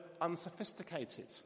unsophisticated